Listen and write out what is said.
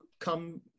come